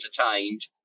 entertained